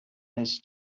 miss